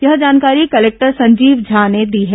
यह जानकारी कलेक्टर संजीव झा ने दी है